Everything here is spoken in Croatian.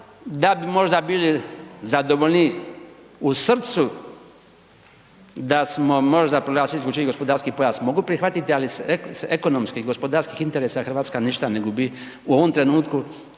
da bi možda bili zadovoljniji u srcu da smo možda proglasili IGP mogu prihvatiti, ali s ekonomskih gospodarskih interesa RH ništa ne gubi u ovom trenutku